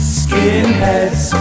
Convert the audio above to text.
skinheads